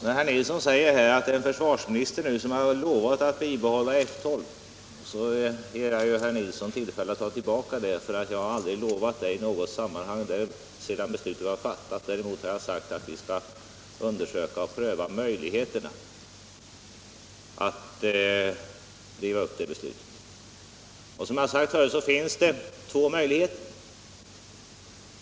När herr Nilsson säger att vi har en försvarsminister som lovat att bibehålla F 12 ger jag herr Nilsson tillfälle att ta tillbaka det; jag har aldrig i något sammanhang lovat det sedan beslutet var fattat. Däremot har jag sagt att vi skall undersöka och pröva möjligheterna att riva upp det beslutet. Som jag sagt förut finns det två möjligheter.